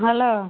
hello